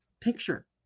picture